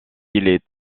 est